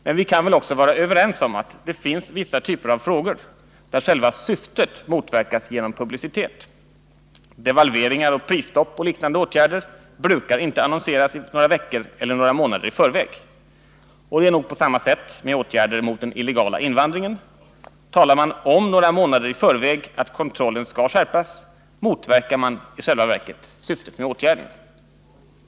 Men vi kan väl också vara överens om att det finns vissa typer av frågor där själva syftet motverkas genom publicitet. Devalveringar, prisstopp och liknande åtgärder brukar inte annonseras några veckor eller några månader i förväg. Och det är nog på samma sätt med åtgärder mot den illegala invandringen. Talar man om några månader i förväg att kontrollen skall skärpas, motverkar man i själva verket syftet med åtgärden.